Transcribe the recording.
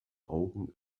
augen